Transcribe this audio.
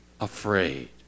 afraid